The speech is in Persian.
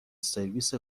سرویس